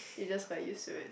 you just got used to it